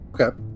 Okay